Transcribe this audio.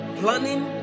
planning